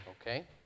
Okay